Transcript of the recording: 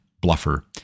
bluffer